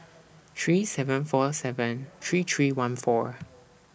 three seven four seven three three one four